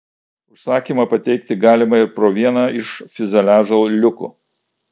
užsakymą pateikti galima ir pro vieną iš fiuzeliažo liukų